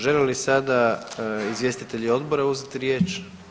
Žele li sada izvjestitelji odbora uzeti riječ?